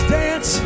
dance